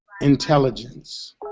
intelligence